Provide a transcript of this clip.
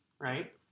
right